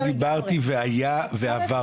אני דיברתי והיה ועברתי.